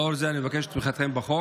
לאור זה אני מבקש את תמיכתכם בחוק.